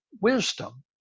wisdom